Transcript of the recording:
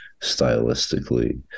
stylistically